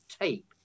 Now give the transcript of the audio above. tape